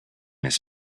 his